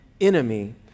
enemy